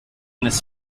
this